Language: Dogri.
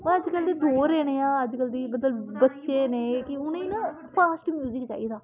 बा अज्जकल दा दौर गै नेहा अज्जकल दे मतलब बच्चे ने कि उनेंई नां फास्ट म्यूजिक चाहिदा